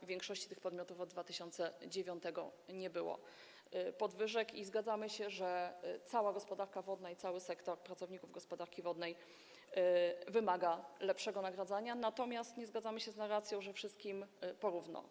W większości tych podmiotów od 2009 r. nie było podwyżek i zgadzamy się, że cała gospodarka wodna i cały sektor pracowników gospodarki wodnej wymagają lepszego nagradzania, natomiast nie zgadzamy się z narracją, że wszystkim po równo.